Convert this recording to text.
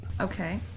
Okay